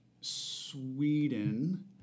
Sweden